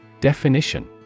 Definition